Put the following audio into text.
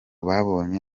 babanye